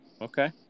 Okay